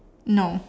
no